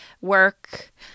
Work